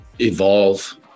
evolve